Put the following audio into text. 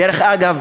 דרך אגב,